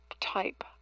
type